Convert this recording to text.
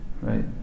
right